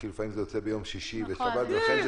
כי לפעמים זה יוצא ביום שישי ושבת ולכן זה 72 שעות.